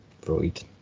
Freud